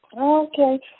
Okay